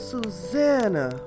Susanna